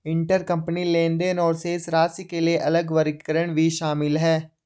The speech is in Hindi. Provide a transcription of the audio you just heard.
इंटरकंपनी लेनदेन और शेष राशि के लिए अलग वर्गीकरण भी शामिल हैं